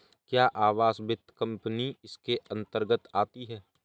क्या आवास वित्त कंपनी इसके अन्तर्गत आती है?